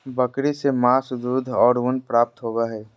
बकरी से मांस, दूध और ऊन प्राप्त होबय हइ